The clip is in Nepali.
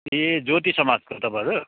ए ज्योति समाजको हो तपाईँहरू